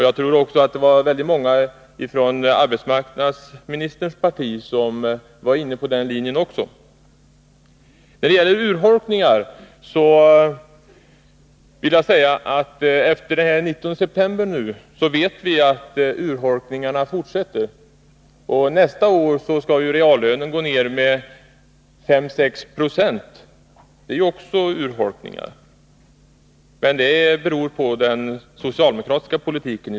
Jag tror att också väldigt många från arbetsmarknadsministerns parti var inne på samma linje. Om vi skall tala om urholkningar vill jag säga att vi efter den 19 september har fått veta att dessa fortsätter. Nästa år skall ju reallönen minska med 5-6 fo. Också det är en urholkning, men den är en följd av den socialdemokratiska politiken.